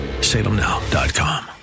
salemnow.com